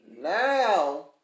now